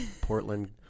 Portland